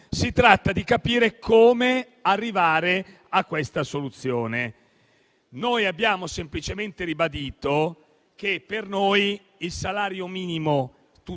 Si tratta di capire come arrivare a questo obiettivo. Noi abbiamo semplicemente ribadito che per noi il salario minimo stabilito